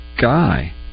guy